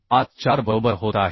454 बरोबर होत आहे